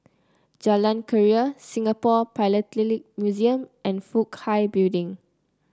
Jalan Keria Singapore Philatelic Museum and Fook Hai Building